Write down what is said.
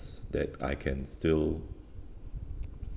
that I can still